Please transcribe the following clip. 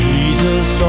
Jesus